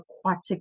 aquatic